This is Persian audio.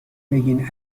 بگین